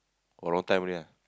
oh long time already ah